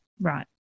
Right